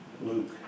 Luke